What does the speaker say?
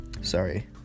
Sorry